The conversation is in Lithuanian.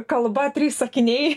kalba trys sakiniai